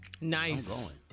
Nice